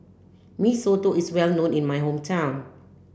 Mee Soto is well known in my hometown